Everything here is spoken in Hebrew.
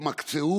שגם חיי המדף שלו